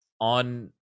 on